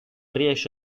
riesce